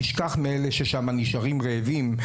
תשכח מאלה שנשארים רעבים שם,